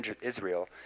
Israel